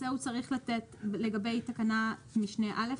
לגבי תקנת משנה (א),